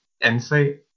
insight